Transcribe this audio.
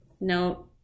no